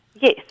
yes